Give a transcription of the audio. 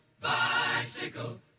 bicycle